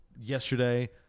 yesterday